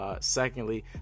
Secondly